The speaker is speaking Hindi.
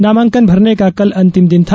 नामांकन भरने का कल अंतिम दिन था